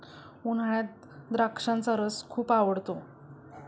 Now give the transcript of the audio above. उन्हाळ्यात द्राक्षाचा रस खूप आवडतो